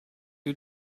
you